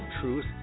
Truth